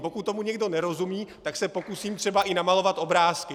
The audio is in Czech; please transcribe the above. Pokud tomu někdo nerozumí, tak se pokusím třeba i namalovat obrázky.